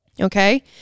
Okay